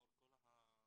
לאור כל המדיניות